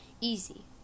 Easy